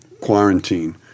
quarantine